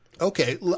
Okay